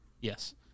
Yes